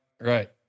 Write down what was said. Right